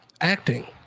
acting